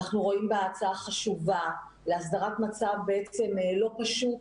אנחנו רואים בה הצעה חשובה להסדרת מצב לא פשוט